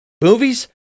movies